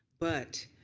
but